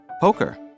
Poker